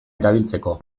erabiltzeko